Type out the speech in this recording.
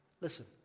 listen